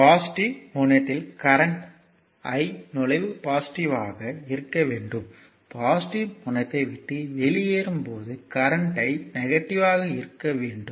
positive முனையத்தில் current I நுழைவு பாசிட்டிவ்வாக இருக்க வேண்டும் பாசிட்டிவ் முனையத்தை விட்டு வெளியேறும் போது கரண்ட் I நெகட்டிவ்வாக இருக்க வேண்டும்